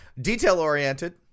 Detail-oriented